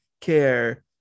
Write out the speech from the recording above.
care